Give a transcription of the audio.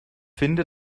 finde